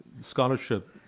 scholarship